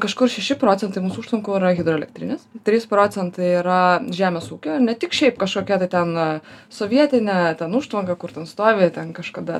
kažkur šeši procentai mūsų užtvankų yra hidroelektrinės trys procentai yra žemės ūkio ir ne tik šiaip kažkokia ten sovietinė ten užtvanka kur ten stovi ten kažkada